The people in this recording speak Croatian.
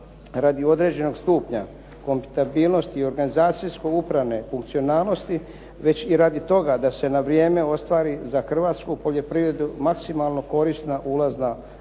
radi određenog stupnja kompatibilnosti i organizacijsko upravne funkcionalnosti, već i radi toga da se na vrijeme ostvari za hrvatsku poljoprivredu maksimalno korisna ulazna razina,